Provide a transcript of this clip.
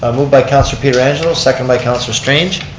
ah moved by councilor pietrangelo, seconded by councilor strange.